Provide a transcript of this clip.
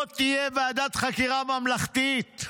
לא תהיה ועדת חקירה ממלכתית.